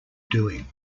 doing